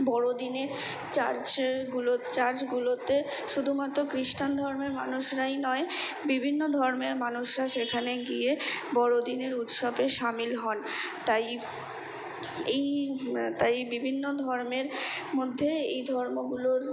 বড়দিনে চার্চেগুলো চার্চগুলোতে শুধুমাত্র খ্রিস্টান ধর্মের মানুষরাই নয় বিভিন্ন ধর্মের মানুষরা সেখানে গিয়ে বড়দিনের উৎসবে সামিল হন তাই এই তাই বিভিন্ন ধর্মের মধ্যে এই ধর্মগুলোর